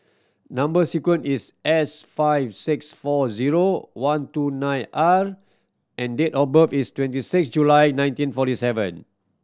number sequence is S five six four zero one two nine R and date of birth is twenty six July nineteen forty seven